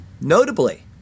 Notably